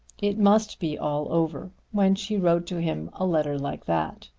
it must be all over when she wrote to him a letter like that.